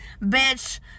Bitch